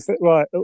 Right